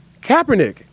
Kaepernick